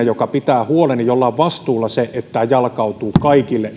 joka pitää huolen siitä ja jolla on vastuulla se että tämä jalkautuu kaikille